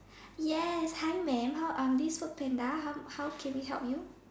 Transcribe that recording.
yes hi mam how are this FoodPanda how how can we help you